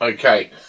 okay